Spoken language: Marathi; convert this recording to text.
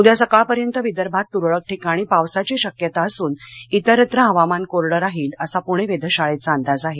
उद्या सकाळपर्यंत विदर्भात तूरळक ठिकाणी पावसाची शक्यता असून इतरत्र हवामान कोरडं राहील असा पूणे वेधशाळेचा अंदाज आहे